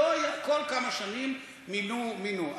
כל כמה שנים מינו ומינו.